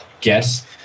guess